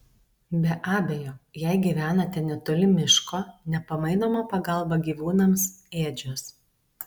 be abejo jei gyvenate netoli miško nepamainoma pagalba gyvūnams ėdžios